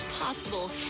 possible